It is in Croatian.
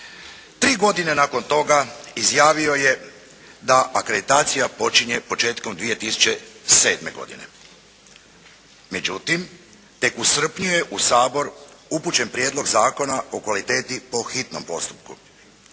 Tri godine nakon toga izjavio je da akreditacija počinje početkom 2007. godine. Međutim tek u srpnju je u Sabor upućen Prijedlog zakona o kvaliteti po hitnom postupku.